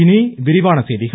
இனி விரிவான செய்திகள்